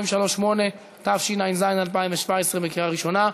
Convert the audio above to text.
238), התשע"ז 2017, לקריאה ראשונה.